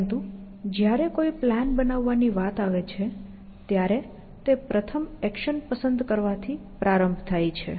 પરંતુ જ્યારે કોઈ પ્લાન બનાવવાની વાત આવે છે ત્યારે તે પ્રથમ એક્શન પસંદ કરવાથી પ્રારંભ થાય છે